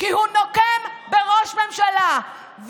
כי הוא נוקם בראש ממשלה,